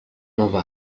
nova